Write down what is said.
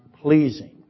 pleasing